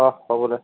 অঁ হ'ব দে